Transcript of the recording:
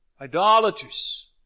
idolaters